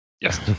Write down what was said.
Yes